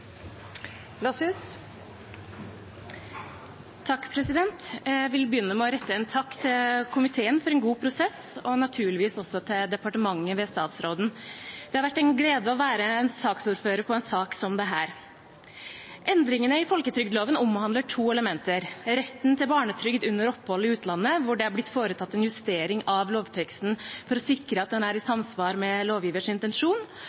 en takk til komiteen for en god prosess, og naturligvis også til departementet ved statsråden. Det har vært en glede å være ordfører for en sak som dette. Endringene i folketrygdloven omhandler to elementer: retten til barnetrygd under opphold i utlandet, hvor det er blitt foretatt en justering av lovteksten for å sikre at den er i samsvar med lovgiverens intensjon,